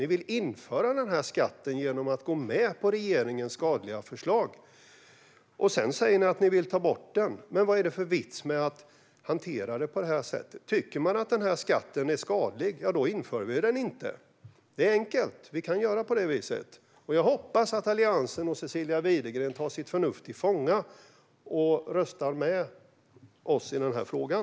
Ni vill införa den här skatten genom att gå med på regeringens skadliga förslag. Sedan säger ni att ni vill ta bort den. Vad är det för vits med att hantera det på det här sättet? Tycker man att den här skatten är skadlig inför man den inte. Det är enkelt. Vi kan göra på det viset, och jag hoppas att Alliansen och Cecilia Widegren tar sitt förnuft till fånga och röstar med oss i den här frågan.